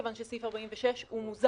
כיוון שסעיף 46 הוא מוזר,